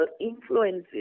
influences